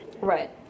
Right